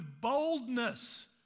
boldness